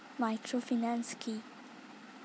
Microfinance কি?